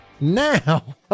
Now